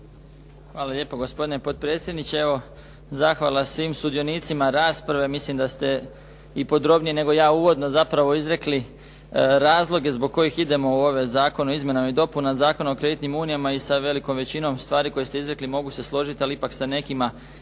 Hvala lijepo gospodine potpredsjedniče. Evo, zahvala svim sudionicima rasprave. Mislim da ste i podrobnije nego ja uvodno zapravo izrekli razloge zbog kojih idemo u ovaj Zakon o izmjenama i dopunama Zakona o kreditnim unijama i sa velikom većinom stvari koje ste izrekli mogu se složiti, ali ipak sa nekima i ne.